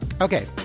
Okay